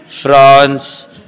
France